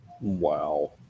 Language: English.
Wow